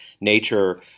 nature